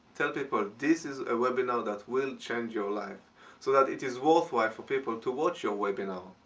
tell people this is a webinar that will change your life so that it is worthwhile for people to watch your webinar.